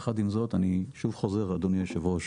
יחד עם זאת, אני שוב חוזר אדוני יושב הראש,